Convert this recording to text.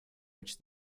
which